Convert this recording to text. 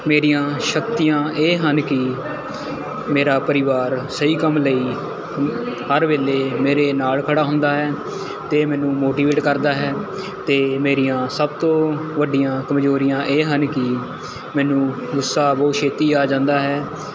ਮੇਰੀਆਂ ਸ਼ਕਤੀਆਂ ਇਹ ਹਨ ਕਿ ਮੇਰਾ ਪਰਿਵਾਰ ਸਹੀ ਕੰਮ ਲਈ ਹਰ ਵੇਲੇ ਮੇਰੇ ਨਾਲ਼ ਖੜਾ ਹੁੰਦਾ ਹੈ ਅਤੇ ਮੈਨੂੰ ਮੋਟੀਵੇਟ ਕਰਦਾ ਹੈ ਅਤੇ ਮੇਰੀਆਂ ਸਭ ਤੋਂ ਵੱਡੀਆਂ ਕਮਜ਼ੋਰੀਆਂ ਇਹ ਹਨ ਕਿ ਮੈਨੂੰ ਗੁੱਸਾ ਬਹੁਤ ਛੇਤੀ ਆ ਜਾਂਦਾ ਹੈ